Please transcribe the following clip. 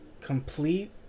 complete